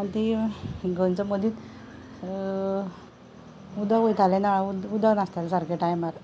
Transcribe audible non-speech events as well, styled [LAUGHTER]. आनी ती [UNINTELLIGIBLE] मदींच उदक वयतालें ना उदक नासतालें सारकें टायमार